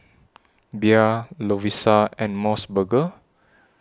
Bia Lovisa and Mos Burger